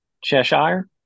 Cheshire